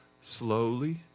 slowly